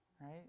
right